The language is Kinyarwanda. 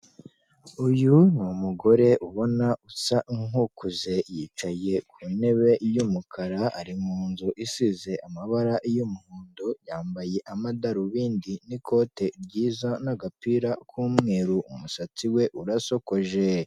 Uyu ni mugore ubona usa nk'ukuze yicaye ku ntebe y'umukara, ari mu nzu isize amabara y'umuhondo, yambaye amadarubindi n'ikote ryiza n'agapira k'umweru umusatsi we urasokoje.